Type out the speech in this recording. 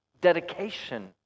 dedication